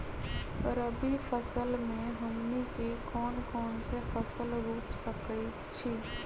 रबी फसल में हमनी के कौन कौन से फसल रूप सकैछि?